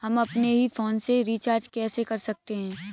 हम अपने ही फोन से रिचार्ज कैसे कर सकते हैं?